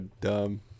dumb